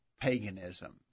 paganism